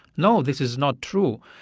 no, this is not true.